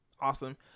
awesome